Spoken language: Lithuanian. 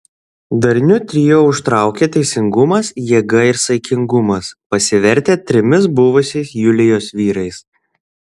darniu trio užtraukė teisingumas jėga ir saikingumas pasivertę trimis buvusiais julijos vyrais